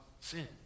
sin